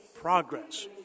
progress